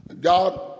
God